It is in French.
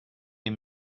des